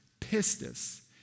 Pistis